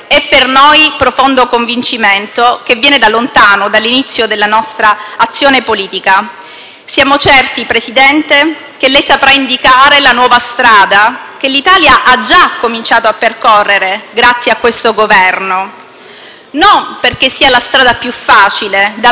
Siamo certi, presidente Conte, che ella saprà indicare la nuova strada, che l'Italia ha già cominciato a percorrere grazie a questo Governo, non perché sia la strada più facile da percorrere o che porta consenso, ma perché è la strada giusta e urgente,